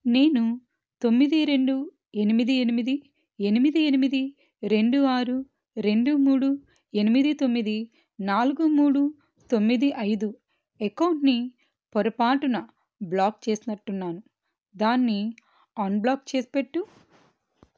నేను తొమ్మిది రెండు ఎనిమిది ఎనిమిది ఎనిమిది ఎనిమిది రెండు ఆరు రెండు మూడు ఎనిమిది తొమ్మిది నాలుగు మూడు తొమ్మిది అయిదు అకౌంట్ని పొరపాటున బ్లాక్ చేసినట్టున్నాను దాన్ని అన్బ్లాక్ చేసిపెట్టు